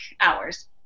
hours